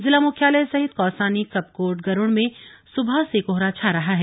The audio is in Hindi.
जिला मुख्यालय सहित कौसानी कपकोट गरुड़ में सुबह से कोहरा छा रहा है